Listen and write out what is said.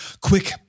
Quick